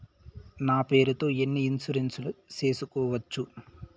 నా పేరుతో ఎన్ని ఇన్సూరెన్సులు సేసుకోవచ్చు?